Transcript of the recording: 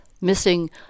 missing